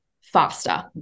faster